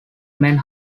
men